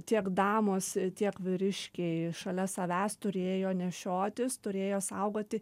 tiek damos tiek vyriškiai šalia savęs turėjo nešiotis turėjo saugoti